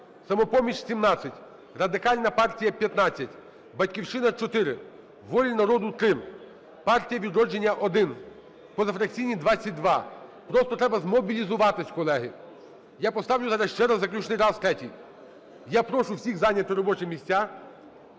"Самопоміч" – 17, Радикальна партія – 15, "Батьківщина" – 4, "Воля народу" – 3, "Партія "Відродження" – 1, позафракційні – 22. Просто треба змобілізуватись, колеги. Я поставлю ще раз заключний раз, третій. Я прошу всіх зайняти робочі місця